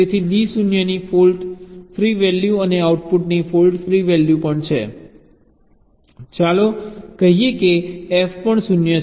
તેથી D 0 ની fault free value અને આઉટપુટની ફોલ્ટ ફ્રી વેલ્યુ પણ છે ચાલો કહીએ કે F પણ 0 છે